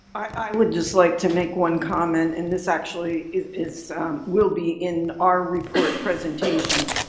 i would just like to make one comment and this actually is is will be in our report presentation.